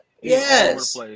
Yes